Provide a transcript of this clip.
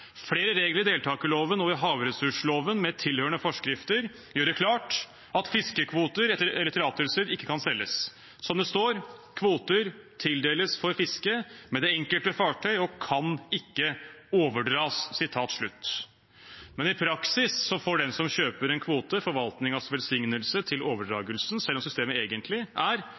Flere regler i deltakerloven og havressursloven, med tilhørende forskrifter, gjør det klart at fisketillatelser – kvoter – ikke kan selges. Som det står: «Strukturkvote tildeles for fiske med det enkelte fartøy, og kan ikke overdras.» Men i praksis får den som kjøper en kvote, forvaltningens velsignelse til overdragelsen, selv om systemet egentlig er